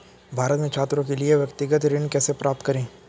भारत में छात्रों के लिए व्यक्तिगत ऋण कैसे प्राप्त करें?